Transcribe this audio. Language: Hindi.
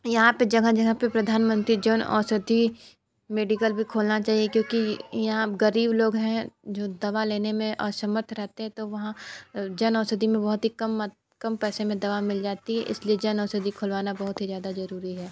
यहाँ पर जगह जगह पर प्रधानमंत्री जन औषधि मेडिकल भी खोलना चाहिए क्योंकि यहाँ ग़रीब लोग हैं जो दवा लेने में असमर्थ रहते हैं तो वहाँ जन औषधि में बहुत ही कम कम पैसे में दवा मिल जाती है इस लिए जन औषधि खुलवाना बहुत ही ज़्यादा ज़रूरी है